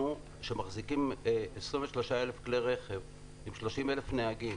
אנחנו מחזיקים 23,000 כלי רכב עם 30,000 נהגים,